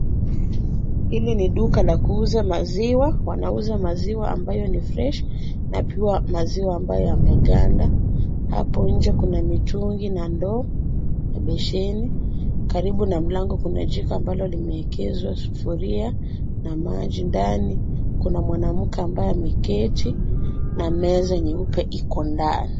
Hili ni duka la kuuza maziwa, wanauza maziwa ambayo ni fresh na pia maziwa ambayo yameganda. Hapo nje kuna mitungi na ndoo na beseni. Karibu na mlango kuna jiko ambalo limeekezwa sufuria na maji ndani. Kuna mwanamke ambaye ameketi na meza nyeupe iko ndani.